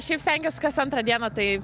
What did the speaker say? šiaip stengiuosi kas antrą dieną tai